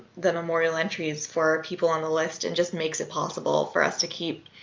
the memorial entries for people on the list and just makes it possible for us to keep